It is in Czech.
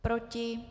Proti?